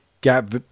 gap